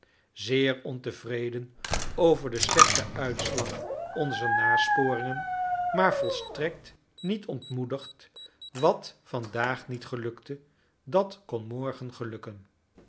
zeer ontevreden over den slechten uitslag onzer nasporingen maar volstrekt niet ontmoedigd wat vandaag niet gelukte dat kon morgen gelukken